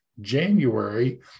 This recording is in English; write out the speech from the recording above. January